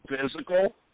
physical